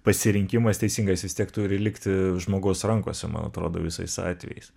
pasirinkimas teisingas vis tiek turi likti žmogaus rankose man atrodo visais atvejais